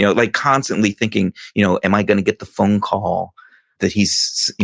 so like constantly thinking, you know am i going to get the phone call that he's,